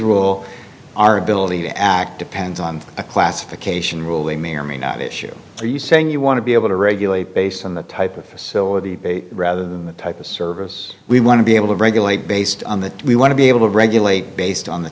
rule our ability to act depends on a classification rule they may or may not issue are you saying you want to be able to regulate based on the type of facility rather the type of service we want to be able to regulate based on that we want to be able to regulate based on the